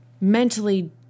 mentally